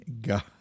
God